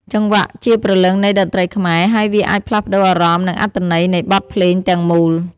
ចង្វាក់ជាព្រលឹងនៃតន្ត្រីខ្មែរ ហើយវាអាចផ្លាស់ប្ដូរអារម្មណ៍ និងអត្ថន័យនៃបទភ្លេងទាំងមូល។